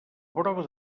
prova